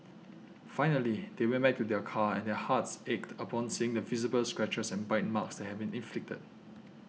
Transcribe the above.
finally they went back to their car and their hearts ached upon seeing the visible scratches and bite marks have been inflicted